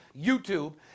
YouTube